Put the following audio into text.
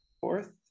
fourth